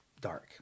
dark